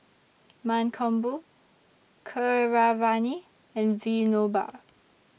Mankombu Keeravani and Vinoba